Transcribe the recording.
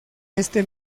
este